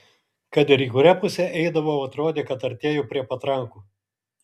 kad ir į kurią pusę eidavau atrodė kad artėju prie patrankų